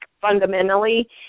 fundamentally